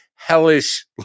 hellish